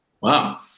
Wow